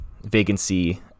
vacancy